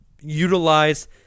utilize